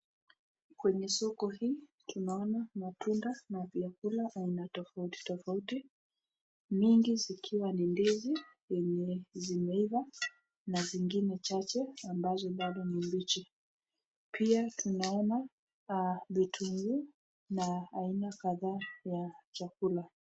Kwenye soko hii tunaona matunda na vyakula aina tofauti tofauti, mingi zikiwa ni ndizi yenye zimeiva na zingine chache ambazo bado ni mbichi, pia tunaona vitunguu na aina kadhaa ya chakula.